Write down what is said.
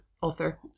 author